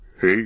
Hey